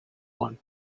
won